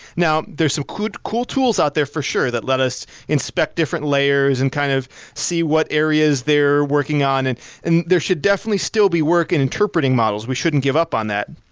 now, there're some cool cool tools out there for sure that let us inspect different layers and kind of see what areas they're working on. and and there should definitely still be work in interpreting models. we shouldn't give up on that.